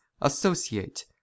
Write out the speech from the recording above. Associate